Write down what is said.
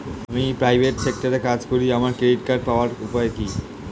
আমি প্রাইভেট সেক্টরে কাজ করি আমার ক্রেডিট কার্ড পাওয়ার উপায় কি?